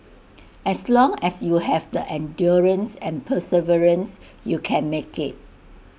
as long as you have the endurance and perseverance you can make IT